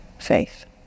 faith